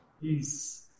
Peace